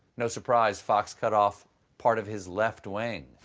no surprise fox cut off part of his left wing.